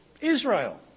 Israel